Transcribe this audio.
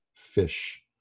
fish